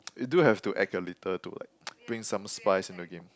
we do have to act a little to like bring some spice in a game